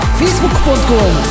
facebook.com